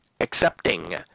accepting